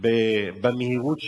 במהירות שלהם,